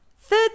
Third